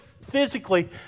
physically